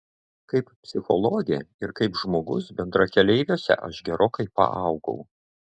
kaip psichologė ir kaip žmogus bendrakeleiviuose aš gerokai paaugau